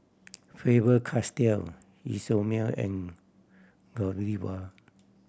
Faber Castell Isomil and Godiva